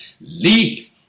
leave